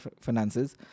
finances